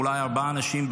אולי ארבעה אנשים,